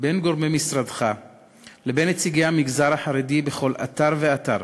בין גורמי משרדך לבין נציגי המגזר החרדי בכל אתר ואתר,